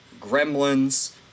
Gremlins